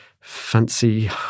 fancy